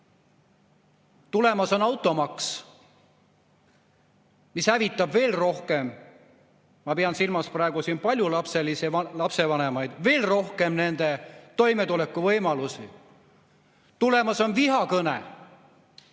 Tulemas on automaks, mis hävitab veel rohkem – ma pean silmas paljulapselisi lapsevanemaid –, veel rohkem nende toimetulekuvõimalusi. Tulemas on vihakõne[seadus].